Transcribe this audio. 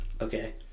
okay